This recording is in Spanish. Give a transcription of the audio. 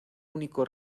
último